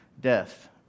death